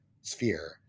sphere